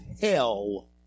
hell